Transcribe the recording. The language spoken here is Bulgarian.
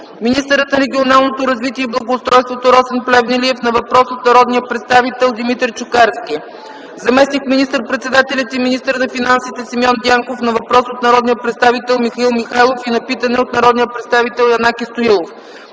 министърът на регионалното развитие и благоустройството Росен Плевнелиев на въпрос от народния представител Димитър Чукарски; - заместник министър-председателят и министър на финансите Симеон Дянков на въпрос от народния представител Михаил Михайлов и на питане от народния представител Янаки Стоилов.